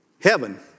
Heaven